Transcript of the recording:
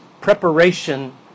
Preparation